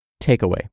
Takeaway